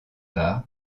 par